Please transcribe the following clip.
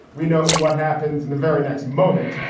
we know what happens in the very next moment